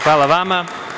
Hvala vam.